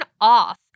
off